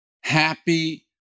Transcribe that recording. happy